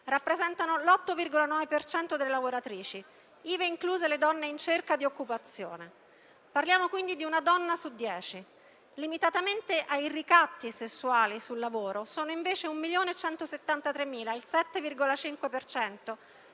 Rappresentano l'8,9 per cento delle lavoratrici, ivi incluse le donne in cerca di occupazione. Parliamo quindi di una donna su dieci. Limitatamente ai ricatti sessuali sul lavoro, sono invece 1,173 milioni, il 7,5